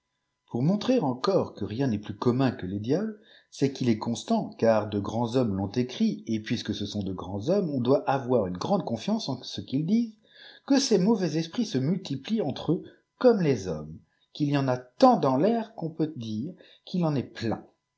diablespour montrer encore que rien n'est plus commun que les diables c'est qu'il est constant car de grands liora mes ivnt écrit et puisque ce sont de grands hommes on doit avoir une grande confiance en ce qu'ils disent que ces mauvais esprits se multiplient entré eux comme les hommes qu'il y en a tant dans tair qu'on peut dire qu'il en est plein